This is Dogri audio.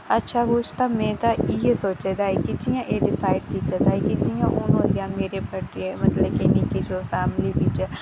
अच्छा में इ'यै सोचे दा कि जि'यां एह् डिसाईड कि मेरे बड्डे जेह्के मेरी फैमिली बिच